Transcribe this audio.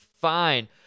Fine